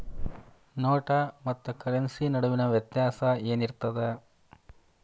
ನೋಟ ಮತ್ತ ಕರೆನ್ಸಿ ನಡುವಿನ ವ್ಯತ್ಯಾಸ ಏನಿರ್ತದ?